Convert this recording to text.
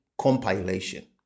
compilation